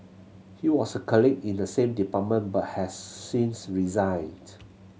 he was a colleague in the same department but has since resigned